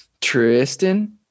Tristan